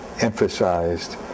emphasized